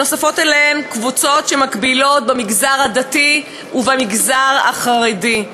ונוספות אליהן קבוצות מקבילות במגזר הדתי ובמגזר החרדי.